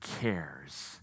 cares